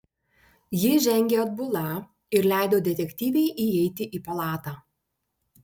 ji žengė atbula ir leido detektyvei įeiti į palatą